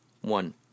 One